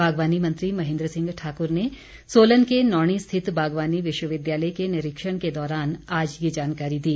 बागवानी मंत्री महेन्द्र सिंह ठाक्र ने सोलन के नौणी स्थित बागवानी विश्वविद्यालय के निरीक्षण के दौरान आज ये जानकारी दी